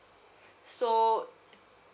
so